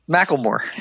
Macklemore